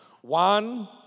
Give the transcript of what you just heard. One